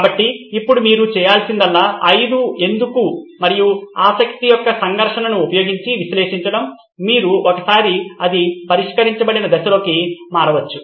కాబట్టి ఇప్పుడు మీరు చేయాల్సిందల్లా 5 ఎందుకు మరియు ఆసక్తి యొక్క సంఘర్షణను ఉపయోగించి విశ్లేషించడం మీకు ఒకసారి అది పరిష్కరించబడిన దశలోకి మారవచ్చు